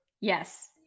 yes